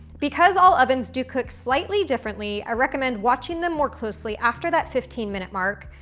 because all ovens do cook slightly differently, i recommend watching them more closely after that fifteen minute mark,